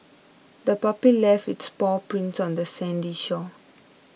the puppy left its paw prints on the sandy shore